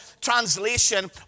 translation